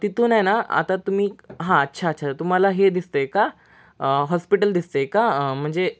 तिथून आहे ना आता तुम्ही हां अच्छा अच्छा तुम्हाला हे दिसत आहे का हॉस्पिटल दिसत आहे का म्हणजे